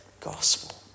gospel